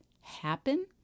happen